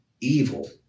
evil